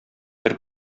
бер